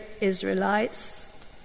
Israelites